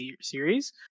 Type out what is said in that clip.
series